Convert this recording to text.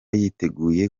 yiteguye